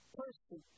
person